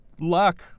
luck